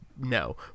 no